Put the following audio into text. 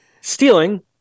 stealing